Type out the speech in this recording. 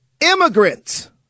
immigrants